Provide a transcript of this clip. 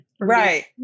Right